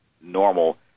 normal